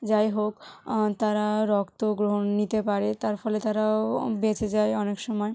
যাই হোক তারা রক্ত গ্রহণ নিতে পারে তার ফলে তারা বেঁচে যায় অনেক সময়